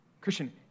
Christian